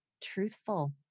truthful